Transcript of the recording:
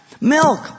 Milk